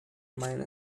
mine